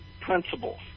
principles